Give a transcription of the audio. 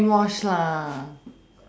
brainwash lah